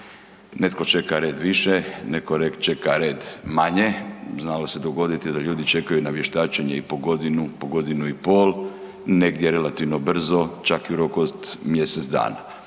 Netko čeka red više, netko čeka red manje, znalo se dogoditi da ljudi čekaju na vještačenje i po godinu, godinu i pol, negdje relativno brzo, čak i u roku mjesec dana,